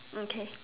mm K